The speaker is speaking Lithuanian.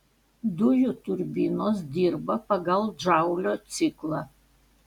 dujų turbinos dirba pagal džaulio ciklą